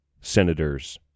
senators